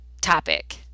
topic